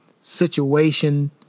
situation